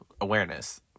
awareness